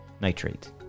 Nitrate